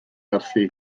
werthu